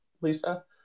Lisa